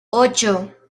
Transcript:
ocho